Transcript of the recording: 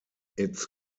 its